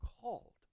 called